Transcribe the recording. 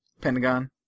Pentagon